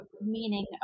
meaning